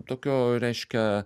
tokio reiškia